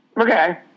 Okay